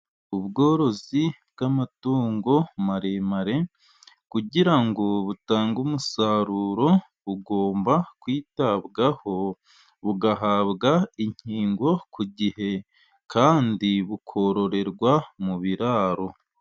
Ubworozi bw'amatungo maremare kugira ngo butange umusaruro bugomba kwitabwaho ,bugahabwa inkingo ku gihe kandi bukororerwa mu biraro.